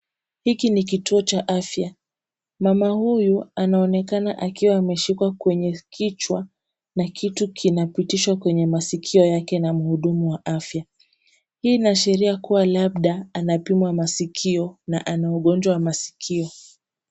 Hiki ni kituo cha afya. Mama huyu anaonekana akiwa ameshikwa kwenye kichwa na kitu kinapitishwa kwenye masikio yake na mhudumu wa afya. Hii inaashiria kuwa labda anapimwa masikio na ana ugonjwa wa masikio.